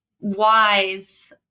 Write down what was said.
wise